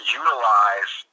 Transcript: utilize